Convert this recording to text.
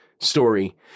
story